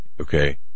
Okay